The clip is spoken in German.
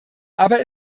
aber